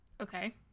Okay